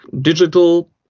digital